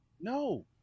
No